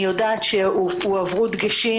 אני יודעת שהועברו דגשים